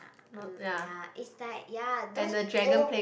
uh um ya it's like ya those old